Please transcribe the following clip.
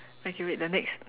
okay wait the next